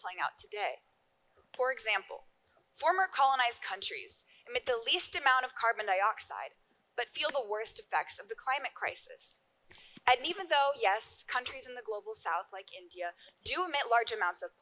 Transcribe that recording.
playing out today for example former colonized countries at the least amount of carbon dioxide but feel the worst effects of the climate crisis and even though yes countries in the global south like india do emit large amounts of